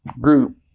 group